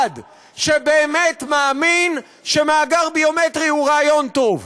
שבאמת מאמין שמאגר ביומטרי הוא רעיון טוב.